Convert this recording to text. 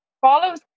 follows